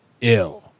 ill